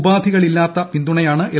ഉപാധികളില്ലാത്ത പിന്തുണയാണ് എൽ